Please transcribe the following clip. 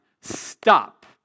stop